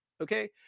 Okay